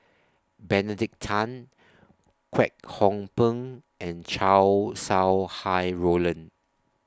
Benedict Tan Kwek Hong Png and Chow Sau Hai Roland